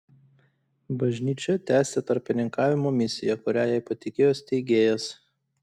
bažnyčia tęsia tarpininkavimo misiją kurią jai patikėjo steigėjas